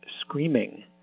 screaming